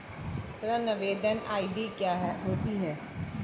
ऋण आवेदन आई.डी क्या होती है?